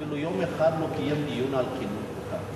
אפילו יום אחד לא קיים דיון על כינון חוקה.